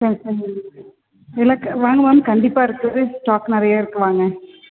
ஆ சொல்லுங்க எனக் வாங்க வாங்க கண்டிப்பாக இருக்குது ஸ்டாக் நிறையா இருக்குது வாங்க